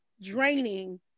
draining